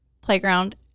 playground